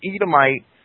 Edomite